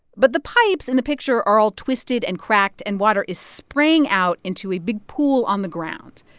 but the pipes in the picture are all twisted and cracked, and water is spraying out into a big pool on the ground.